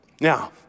Now